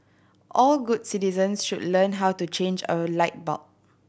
all good citizens should learn how to change a light bulb